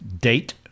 date